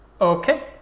Okay